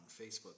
Facebook